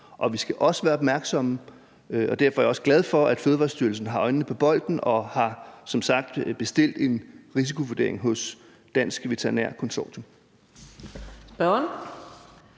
Og vi skal også være opmærksomme, og derfor er jeg også glad for, at Fødevarestyrelsen har øjnene på bolden og som sagt har bestilt en risikovurdering hos Dansk Veterinær Konsortium.